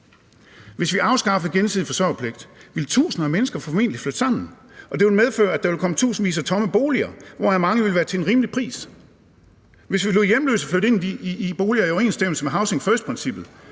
Hvis vi afskaffede gensidig forsørgerpligt, ville tusinder af mennesker formentlig flytte sammen, og det ville medføre, at der ville komme tusindvis af tomme boliger, hvoraf mange ville være til en rimelig pris. Hvis vi lod hjemløse flytte ind i boliger i overensstemmelse med housing first-princippet,